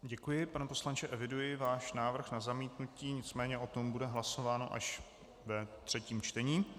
Děkuji, pane poslanče, eviduji váš návrh na zamítnutí, nicméně o tom bude hlasováno až ve třetím čtení.